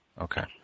Okay